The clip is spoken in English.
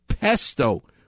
pesto